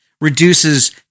reduces